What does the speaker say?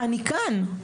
אני כאן,